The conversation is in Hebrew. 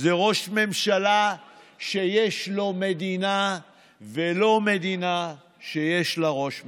זה ראש ממשלה שיש לו מדינה ולא מדינה שיש לה ראש ממשלה.